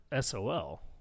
SOL